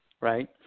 right